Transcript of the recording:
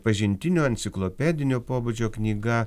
pažintinio enciklopedinio pobūdžio knyga